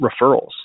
referrals